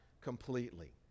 completely